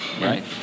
Right